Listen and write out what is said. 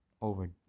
over